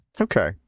Okay